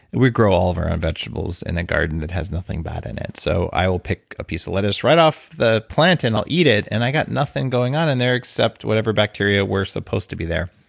and we grow all of our own vegetables in a garden that has nothing bad in it. so i'll pick a piece of lettuce right off the plant and i'll eat it, and i got nothing going on in there except whatever bacteria were supposed to be there.